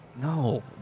No